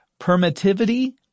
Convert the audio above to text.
permittivity